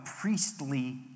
priestly